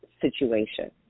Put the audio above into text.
situation